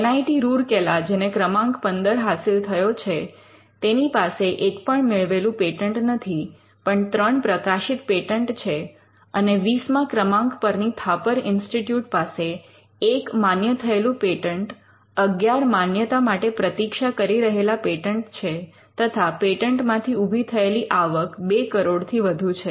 N I T Rourkela જેને ક્રમાંક 15 હાસિલ થયો છે તેની પાસે એક પણ મેળવેલું પેટન્ટ નથી પણ 3 પ્રકાશિત પેટન્ટ છે અને વીસમાં ક્રમાંક પરની થાપર ઇન્સ્ટિટયૂટ પાસે એક માન્ય થયેલું પેટન્ટ ૧૧ માન્યતા માટે પ્રતિક્ષા કરી રહેલા પેટન્ટ છે તથા પેટન્ટ માંથી ઊભી થયેલી આવક ૨ કરોડથી વધુ છે